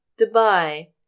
Dubai